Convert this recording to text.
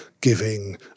giving